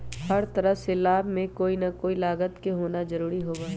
हर तरह के लाभ में कोई ना कोई लागत के होना जरूरी होबा हई